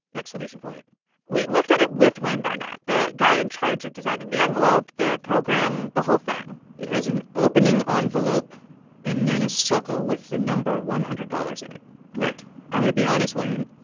exclamation point we looked at it with wayne barnett, the guy in charge of designing the envelope, the program the whole thing it has an opening ah envelope and then a circle with the number, one hundred dollars, in it right i'm going to be honest, wayne,